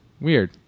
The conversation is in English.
weird